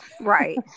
right